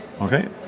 okay